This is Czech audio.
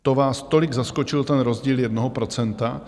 To vás tolik zaskočil ten rozdíl jednoho procenta?